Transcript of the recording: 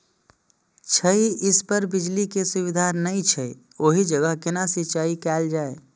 छै इस पर बिजली के सुविधा नहिं छै ओहि जगह केना सिंचाई कायल जाय?